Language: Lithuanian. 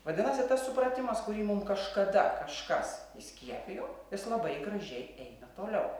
vadinasi tas supratimas kurį mum kažkada kažkas įskiepijo jis labai gražiai eina toliau